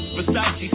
Versace